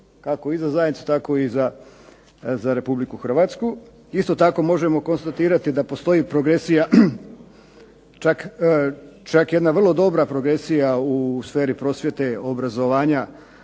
kako i za zajednicu, tako i za Republiku Hrvatsku. Isto tako možemo konstatirati da postoji progresija čak jedna vrlo dobra progresija u sferi prosvjete obrazovanja